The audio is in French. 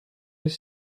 les